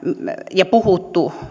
ja puhuttu